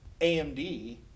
amd